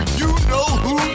you-know-who